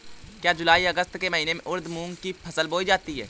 क्या जूलाई अगस्त के महीने में उर्द मूंग की फसल बोई जाती है?